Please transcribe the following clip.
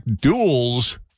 duels